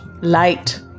Light